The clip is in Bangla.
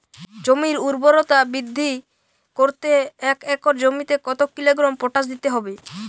জমির ঊর্বরতা বৃদ্ধি করতে এক একর জমিতে কত কিলোগ্রাম পটাশ দিতে হবে?